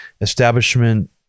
establishment